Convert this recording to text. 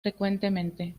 frecuentemente